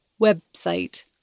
website